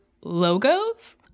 logos